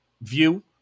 view